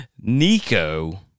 Nico